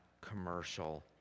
commercial